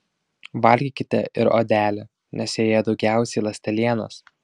valgykite ir odelę nes joje daugiausiai ląstelienos